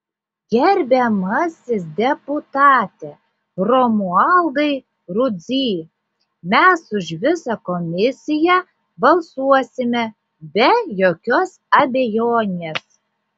gerbiamasis deputate romualdai rudzy mes už visą komisiją balsuosime be jokios abejonės